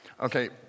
Okay